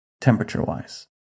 temperature-wise